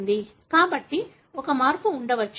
కాబట్టి ఒక మార్పు ఉండవచ్చు